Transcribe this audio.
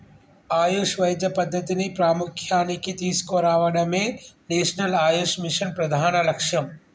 ఆయుష్ వైద్య పద్ధతిని ప్రాముఖ్య్యానికి తీసుకురావడమే నేషనల్ ఆయుష్ మిషన్ ప్రధాన లక్ష్యం